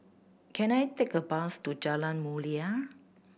can I take a bus to Jalan Mulia